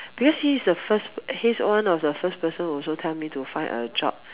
because he is the first he is one of the first person who also tell me to find a job